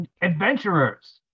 adventurers